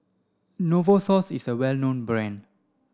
Novosource is a well known brand